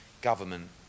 government